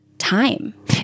time